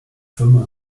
firma